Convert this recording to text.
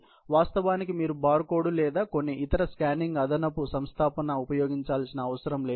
వాస్తవానికి మీరు bar code లేదా కొన్ని ఇతర స్కానింగ్ అదనపు సంస్థాపన ఉపయోగించాల్సిన అవసరం లేదు